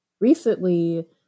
recently